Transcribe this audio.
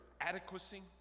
adequacy